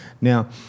Now